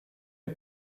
est